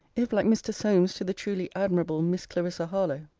if, like mr. solmes to the truly-admirably miss clarissa harlowe,